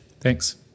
Thanks